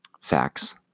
facts